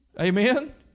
Amen